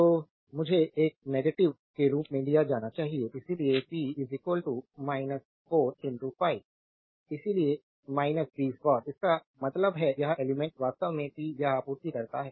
तो मुझे एक नेगेटिव के रूप में लिया जाना चाहिए इसलिए पी 4 5 इसलिए 20 वाट इसका मतलब है यह एलिमेंट्स वास्तव में पी या आपूर्ति करता है